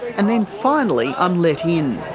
and then finally i'm let in.